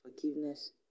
forgiveness